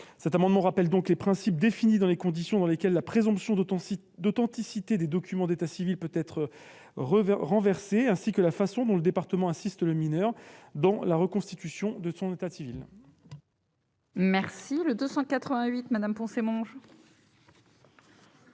Cet amendement rappelle donc ces principes et définit les conditions dans lesquelles la présomption d'authenticité des documents d'état civil peut être renversée, ainsi que la façon dont le département peut assister le mineur dans la reconstitution de son état civil. L'amendement